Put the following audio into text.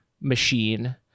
machine